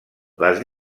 les